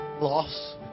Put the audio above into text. loss